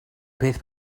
peth